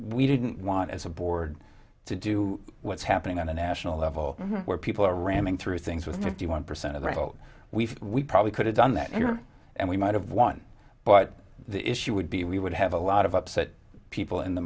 we didn't want as a board to do what's happening on a national level where people are ramming through things with fifty one percent of the vote we've we probably could have done that here and we might have won but the issue would be we would have a a lot of upset people in the